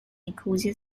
nicosia